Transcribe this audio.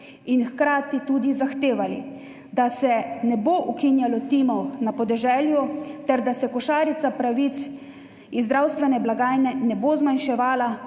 in hkrati tudi zahtevali, da se ne bo ukinjalo timov na podeželju ter da se košarica pravic iz zdravstvene blagajne ne bo zmanjševala,